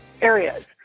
areas